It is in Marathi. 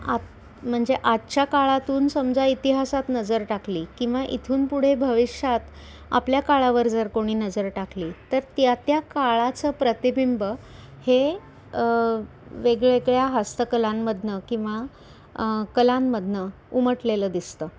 आत म्हणजे आजच्या काळातून समजा इतिहासात नजर टाकली किंवा इथून पुढे भविष्यात आपल्या काळावर जर कोणी नजर टाकली तर त्या त्या काळाचं प्रतिबिंब हे वेगवेगळ्या हस्तकलांमधनं किंवा कलांमधनं उमटलेलं दिसतं